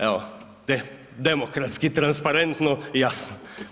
Evo, demokratski transparentno i jasno.